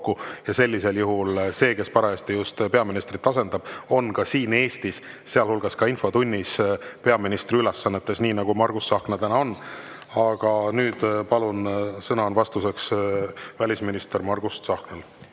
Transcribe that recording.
ja sellisel juhul see, kes parajasti peaministrit asendab, on Eestis, sealhulgas infotunnis, peaministri ülesannetes, nii nagu Margus Tsahkna täna on. Aga nüüd, palun, sõna on vastamiseks välisminister Margus Tsahknal.